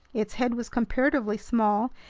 its head was comparatively small,